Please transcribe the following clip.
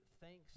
thanks